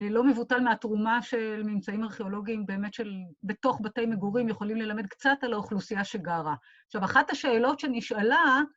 לא מבוטל מהתרומה של ממצאים ארכיאולוגיים באמת של... בתוך בתי מגורים יכולים ללמד קצת על האוכלוסייה שגרה. עכשיו, אחת השאלות שנשאלה...